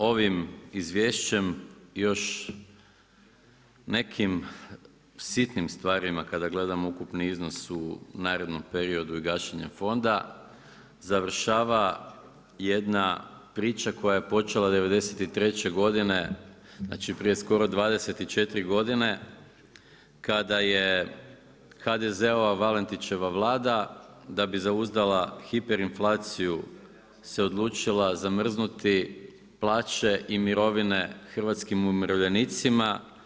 Ovim izvješćem još nekim sitnim stvarima kada gledamo ukupni iznos u narednom periodu i gašenje fonda, završava jedna priča koja je počela 93' godine, znači prije skoro 24 godine, kada je HDZ-ova Valentićeva Vlada, da bi zauzdala hiperinflaciju, se odlučila zamrznuti plaće i mirovine hrvatskim umirovljenicima.